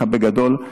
והצליחה בגדול.